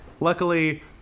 luckily